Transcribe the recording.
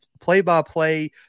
play-by-play